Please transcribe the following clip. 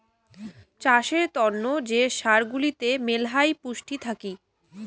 চাষের তন্ন যে সার গুলাতে মেলহাই পুষ্টি থাকি